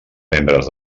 membres